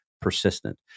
persistent